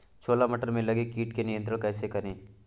छोला मटर में लगे कीट को नियंत्रण कैसे करें?